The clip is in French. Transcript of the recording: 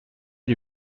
lui